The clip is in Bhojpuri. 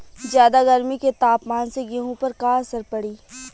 ज्यादा गर्मी के तापमान से गेहूँ पर का असर पड़ी?